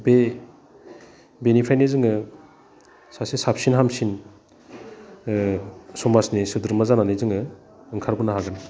बे बेनिफ्रायनो जोङो सासे साबसिन हामसिन समाजनि सोद्रोमा जानानै जोङो ओंखारबोनो हागोन